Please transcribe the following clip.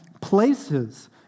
places